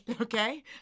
okay